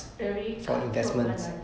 very cut throat one right